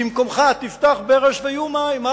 במקומך תפתח ברז ויהיו מים.